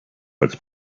als